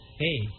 hey